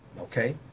Okay